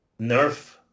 nerf